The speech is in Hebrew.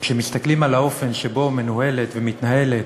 וכשמסתכלים על האופן שבו מנוהלת ומתנהלת